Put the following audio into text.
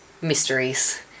mysteries